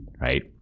right